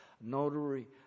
notary